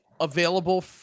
available